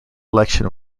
election